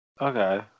Okay